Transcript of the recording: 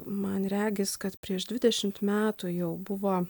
man regis kad prieš dvidešimt metų jau buvo